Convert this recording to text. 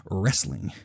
wrestling